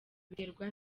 biterwa